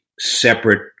separate